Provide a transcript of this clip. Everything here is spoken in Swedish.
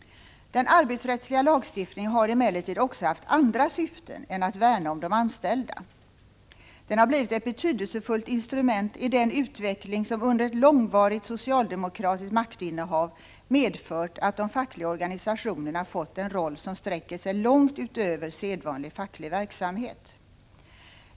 Den arbetsrättsliga lagstiftningen har emllertid också haft andra syften än att värna om de anställda. Den har blivit ett betydelsefullt instrument i den utveckling som under ett långvarigt socialdemokratiskt maktinnehav medfört att de fackliga organisationerna fått en roll som sträcker sig långt utöver sedvanlig facklig verksamhet.